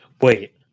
Wait